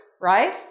right